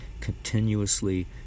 continuously